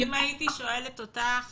אם הייתי שואלת אותך